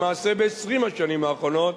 למעשה ב-20 השנים האחרונות,